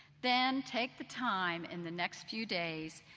then take the time in the next few days,